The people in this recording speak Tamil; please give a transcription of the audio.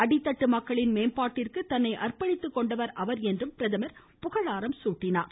அடித்தட்டு மக்களின் மேம்பாட்டிற்கு தன்னை அர்ப்பணித்துக்கொண்டவர் அவர் என்றும் பிரதமர் புகழாரம் சூட்டினார்